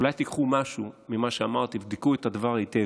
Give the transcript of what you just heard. אולי תיקחו משהו ממה שאמרתי ותבדקו היטב,